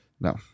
No